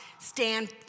stand